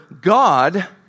God